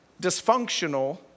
dysfunctional